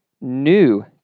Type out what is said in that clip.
new